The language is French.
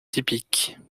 typique